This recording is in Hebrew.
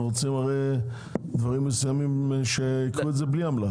אנחנו רוצים שדברים מסוימים יהיו בלי עמלה.